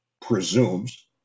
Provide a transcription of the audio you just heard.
presumes